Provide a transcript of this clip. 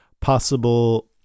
Possible